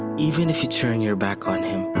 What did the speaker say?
even if you turn your back on him,